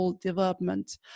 development